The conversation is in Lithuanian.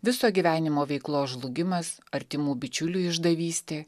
viso gyvenimo veiklos žlugimas artimų bičiulių išdavystė